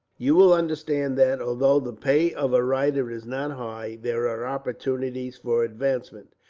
you will understand that, although the pay of a writer is not high, there are opportunities for advancement.